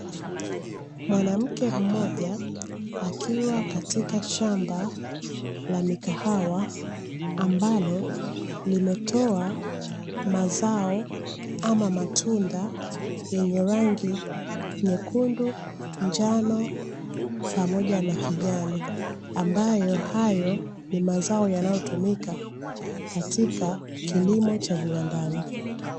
Mwanamke mmoja akiwa katika shamba la mikahawa, ambalo limetoa mazao ama matunda yenye rangi nyekundu, njano, pamoja na kijani ambayo hayo ni mazao yanayotumika katika kilimo cha viwandani.